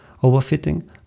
overfitting